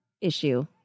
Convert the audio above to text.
issue